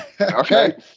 okay